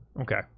Okay